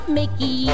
mickey